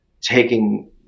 taking